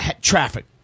traffic